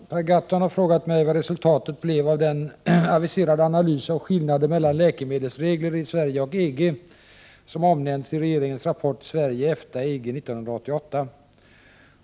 Herr talman! Per Gahrton har frågat mig vad resultatet blev av den aviserade analys av skillnader mellan läkemedelsregler i Sverige och EG, som omnämnts i regeringens rapport Sverige-EFTA-EG 1988.